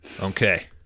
Okay